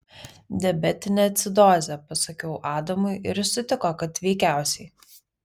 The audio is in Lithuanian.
diabetinė acidozė pasakiau adamui ir jis sutiko kad veikiausiai